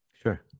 Sure